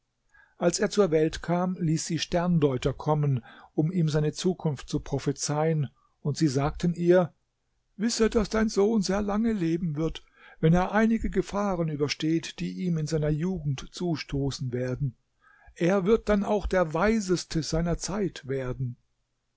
als er zur welt kam ließ sie sterndeuter kommen um ihm seine zukunft zu prophezeien und sie sagten ihr wisse daß dein sohn sehr lange leben wird wenn er einige gefahren übersteht die ihm in seiner jugend zustoßen werden er wird dann auch der weiseste seiner zeit werden